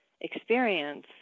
experience